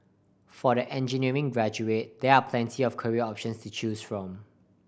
for the engineering graduate there are plenty of career options to choose from